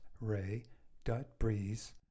ray.breeze